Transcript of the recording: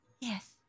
yes